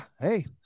Hey